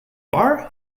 are